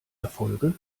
erfolge